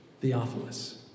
Theophilus